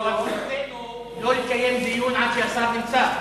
לא, אבל, לא יתקיים דיון עד שהשר נמצא,